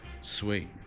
Sweet